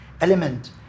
element